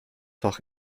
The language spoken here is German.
fach